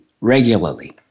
regularly